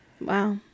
wow